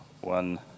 one